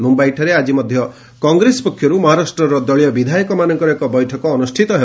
ମୁମ୍ଭାଇଠାରେ ଆଜି ମଧ୍ୟ କଂଗ୍ରେସ ପକ୍ଷର୍ ମହାରାଷ୍ଟ୍ରର ଦଳୀୟ ବିଧାୟକମାନଙ୍କର ଏକ ବୈଠକ ଅନ୍ଦୁଷ୍ପିତ ହେବ